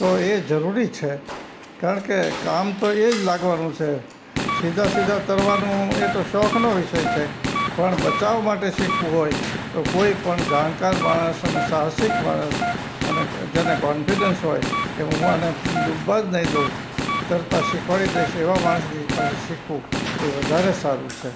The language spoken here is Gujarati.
તો એ જરૂરી છે કારણ કે કામ તો એ જ લાગવાનું છે સીધા સીધા તરવાનું એ તો શોખનો વિષય છે પણ બચાવ માટે શીખવું હોય તો કોઈપણ જાણકાર માણસ અને સાહસિક માણસ અને જેને કોન્ફિડન્સ હોય કે હું આને ડુબવા જ નહીં દઉં તરતા શીખવાડી દઇશ એવા માણસની પાસે શીખવું એ વધારે સારું છે